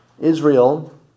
Israel